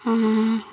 ஆ